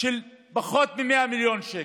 של פחות מ-100 מיליון שקל.